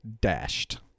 dashed